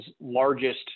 largest